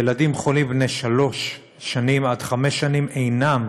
ילדים חולים בני שלוש שנים עד חמש שנים אינם